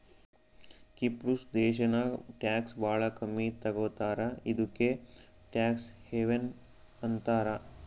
ಕಿಪ್ರುಸ್ ದೇಶಾನಾಗ್ ಟ್ಯಾಕ್ಸ್ ಭಾಳ ಕಮ್ಮಿ ತಗೋತಾರ ಇದುಕೇ ಟ್ಯಾಕ್ಸ್ ಹೆವನ್ ಅಂತಾರ